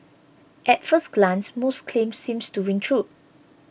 at first glance Musk's claim seems to ring true